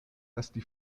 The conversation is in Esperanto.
esti